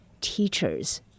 teachers